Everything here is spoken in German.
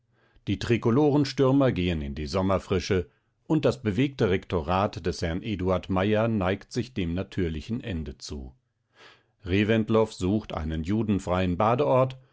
die trikolorenstürmer gehen in die sommerfrische und das bewegte rektorat des herrn eduard meyer neigt sich dem natürlichen ende zu reventlow sucht einen judenfreien badeort